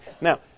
Now